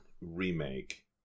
remake